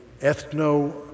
ethno